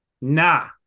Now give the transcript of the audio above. Nah